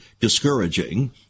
discouraging